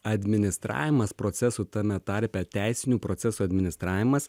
administravimas procesų tame tarpe teisinių procesų administravimas